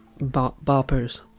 Boppers